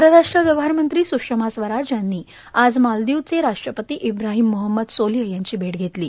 परराष्ट्र व्यवहार मंत्री सुषमा स्वराज यांनी आज मालदीवचे राष्ट्रपती इब्राहिम मोहमद सोलिह यांची भेट घेतली